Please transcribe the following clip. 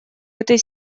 этой